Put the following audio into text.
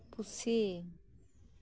ᱯᱩᱥᱤ